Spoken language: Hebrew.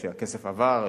שהכסף עבר,